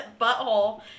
butthole